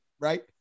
right